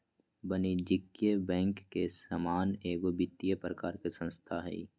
वाणिज्यिक बैंक के समान एगो वित्तिय प्रकार के संस्था हइ